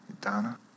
Donna